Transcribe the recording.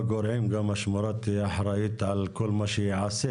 האם השמורה תהיה אחראית על כל מה שייעשה?